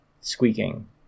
squeaking